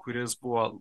kuris buvo